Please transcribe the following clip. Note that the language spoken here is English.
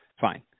Fine